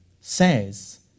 says